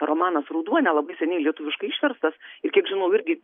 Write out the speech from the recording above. romanas ruduo nelabai seniai lietuviškai išverstas ir kiek žinau irgi